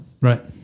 Right